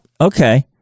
Okay